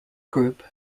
group